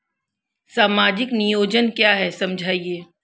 सामाजिक नियोजन क्या है समझाइए?